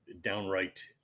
downright